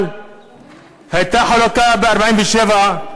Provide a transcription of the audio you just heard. אבל הייתה חלוקה ב-1947,